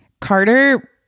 Carter